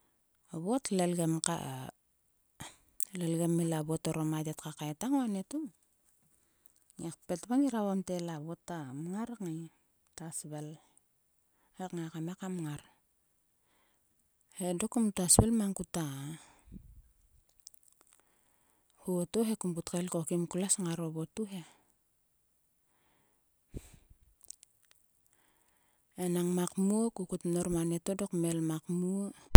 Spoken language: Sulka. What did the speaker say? Vot lelgem ka. lelgem ila vot orom a yet ka kai tang o anieto. Ngiak pet kat ngira vokom te ila vot ta mngar kngai. ta svel he ngai kam ngai ka mngar. He dok kumta svil mang kuta ho to he. Kum kut kael kim klues ngaro votu he. Enang ma kmuo ku kut mnor ma nieto kmel ma kmuo.